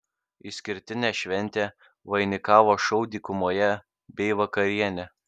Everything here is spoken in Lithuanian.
išskirtinę šventę vainikavo šou dykumoje bei vakarienė